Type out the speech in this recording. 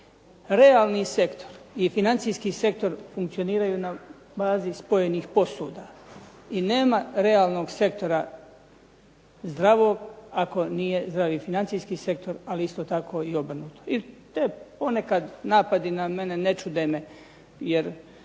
Realni sektor i financijski sektor funkcioniraju na bazi spojenih posuda i nema realnog sektora zdravog ako nije zdrav i financijski sektor, ali isto tako i obrnuto. I ti ponekad napadi na mene ne čude me jer